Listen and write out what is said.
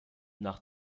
nach